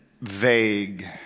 vague